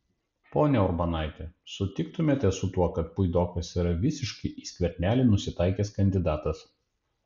ponia urbonaite sutiktumėte su tuo kad puidokas yra visiškai į skvernelį nusitaikęs kandidatas